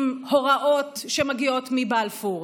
עם הוראות שמגיעות מבלפור.